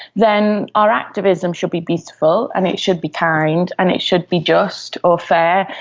then our activism should be beautiful and it should be kind and it should be just or fair,